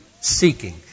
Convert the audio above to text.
seeking